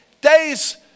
days